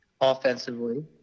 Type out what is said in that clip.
offensively